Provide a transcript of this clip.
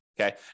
Okay